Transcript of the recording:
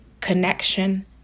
connection